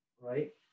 right